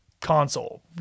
console